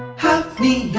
hafnium,